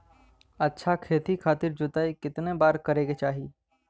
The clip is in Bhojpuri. अच्छा खेती खातिर जोताई कितना बार करे के चाही?